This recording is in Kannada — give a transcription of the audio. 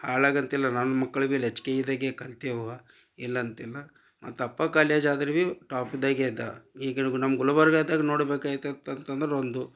ಹಾಳಗಿ ಅಂತಿಲ್ಲ ನನ್ನ ಮಕ್ಳು ಮೇಲೆ ಎಚ್ ಕೆ ಇದಾಗೆ ಕಲ್ತೇವ ಇಲ್ಲಂತಿಲ್ಲ ಮತ್ತು ಅಪ್ಪ ಕಾಲೇಜ್ ಆದ್ರುವಿ ಟಾಪುದಾಗೆ ಇದ್ದ ಈಗ್ಲುಗು ನಮ್ಮ ಗುಲ್ಬರ್ದಾಗ ನೋಡಬೇಕಾಯಿತ್ತಂತಂದ್ರೆ ಒಂದು